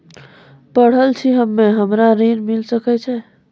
पढल छी हम्मे हमरा ऋण मिल सकई?